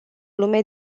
lume